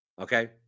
okay